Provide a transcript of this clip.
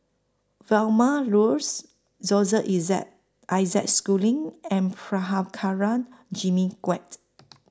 Vilma Laus Isaac Schooling and Prabhakara Jimmy Quek